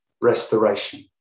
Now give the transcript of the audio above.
restoration